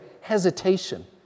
hesitation